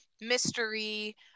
mystery